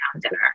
dinner